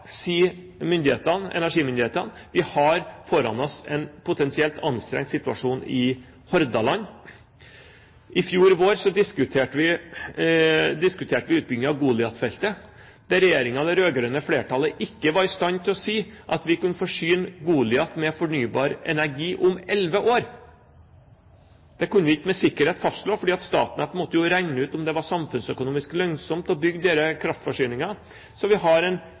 si at vi kunne forsyne Goliat med fornybar energi om elleve år. Det kunne man ikke med sikkerhet fastslå, fordi Statnett måtte jo regne ut om det var samfunnsøkonomisk lønnsomt å bygge denne kraftforsyningen. Så vi har en